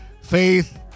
Faith